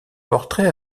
portrait